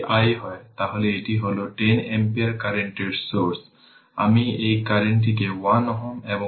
যদি তা হয় তবে এটি 05 2 3 e এর পাওয়ার 2 t 3 তাই V 1 e এর পাওয়ার 2 t 3 ভোল্ট